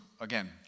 again